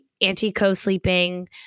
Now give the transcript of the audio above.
anti-co-sleeping